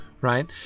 right